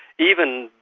even,